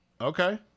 Okay